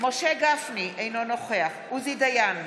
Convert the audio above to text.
משה גפני, אינו נוכח עוזי דיין,